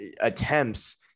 attempts